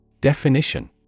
Definition